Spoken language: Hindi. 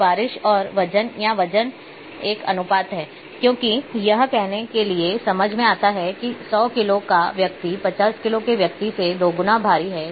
तो बारिश और वजन या वजन एक अनुपात है क्योंकि यह कहने के लिए समझ में आता है कि 100 किलो का व्यक्ति 50 किलो के व्यक्ति से दोगुना भारी है